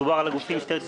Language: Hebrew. מדובר על משטרת ישראל,